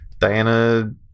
Diana